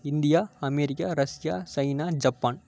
India America Russia China Japan